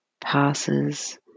passes